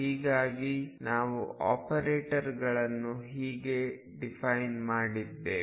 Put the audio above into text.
ಹೀಗಾಗಿ ನಾವು ಆಪರೇಟರ್ ಗಳನ್ನು ಹೀಗೆ ಡಿಫೈನ್ ಮಾಡಿದ್ದೇವೆ